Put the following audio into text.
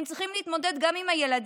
הם צריכים להתמודד גם עם הילדים,